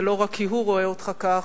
זה לא רק כי הוא רואה אותך כך,